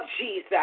Jesus